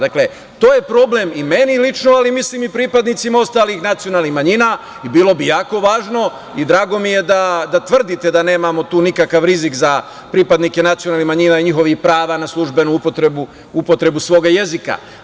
Dakle, to je problem i meni lično, ali mislim i pripadnicima ostalih nacionalnih manjina i bilo bi jako važno i drago mi je da tvrdite da nemamo tu nikakav rizik za pripadnike nacionalnih manjina i njihovih prava na službenu upotrebu svog jezika.